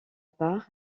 part